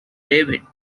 david